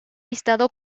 listado